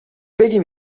بگیم